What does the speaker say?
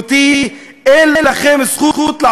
אין לכם זכות לעשות זאת,